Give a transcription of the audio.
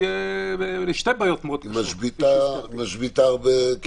היא משביתה הרבה כיתות.